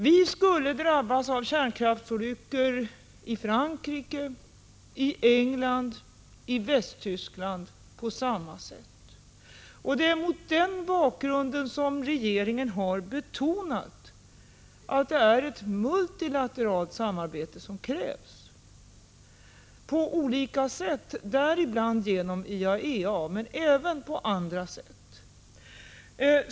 Vi skulle på samma sätt kunna drabbas av kärnkraftsolyckor i Frankrike, England och Västtyskland. Det är mot den bakgrunden som regeringen har betonat att det krävs ett multilateralt samarbete på olika sätt — däribland genom IAEA, men även på andra sätt.